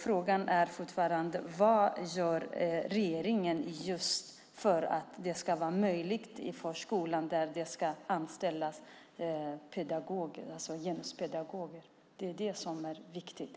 Frågan är fortfarande: Vad gör regeringen just för att det ska vara möjligt att anställa genuspedagoger i förskolan? Det är det som är viktigt.